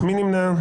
מי נמנע?